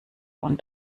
und